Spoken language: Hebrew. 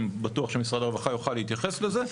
אני בטוח שמשרד הרווחה יוכל להתחיל לזה.